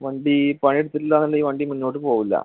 വണ്ടി പണിയെടുത്തിട്ടില്ല എന്നുണ്ടേൽ ഈ വണ്ടി മുന്നോട്ട് പോവില്ല